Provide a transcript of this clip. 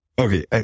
Okay